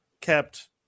kept